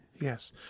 Yes